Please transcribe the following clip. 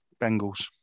Bengals